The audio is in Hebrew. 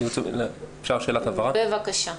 בבקשה.